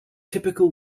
typical